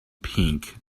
pink